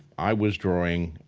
i was drawing,